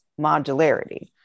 modularity